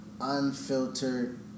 unfiltered